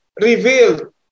revealed